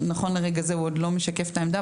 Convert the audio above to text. נכון לרגע זה הוא עוד לא משקף את העמדה,